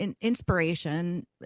inspiration